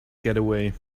getaway